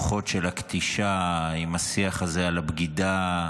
לשוחות של הכתישה עם השיח הזה על הבגידה,